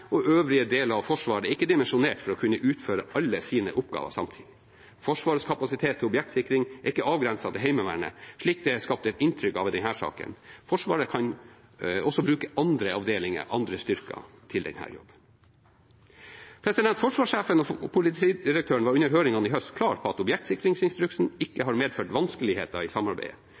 og øvrige deler av Forsvaret er ikke dimensjonert for å kunne utføre alle sine oppgaver samtidig. Forsvarets kapasitet til objektsikring er ikke avgrenset til Heimevernet, slik det er skapt et inntrykk av i denne saken. Forsvaret kan også bruke andre avdelinger, andre styrker til denne jobben. Forsvarssjefen og politidirektøren var under høringene i høst klar på at objektsikringsinstruksen ikke har medført vanskeligheter i samarbeidet.